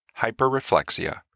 hyperreflexia